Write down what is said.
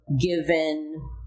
given